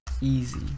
Easy